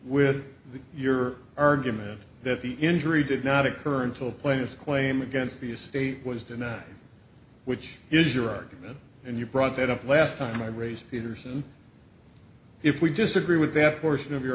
with your argument that the injury did not occur until point of claim against the estate was denied which is your argument and you brought that up last time i raised peterson if we disagree with that portion of your